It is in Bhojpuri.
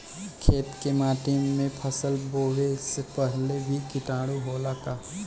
खेत के माटी मे फसल बोवे से पहिले भी किटाणु होला का?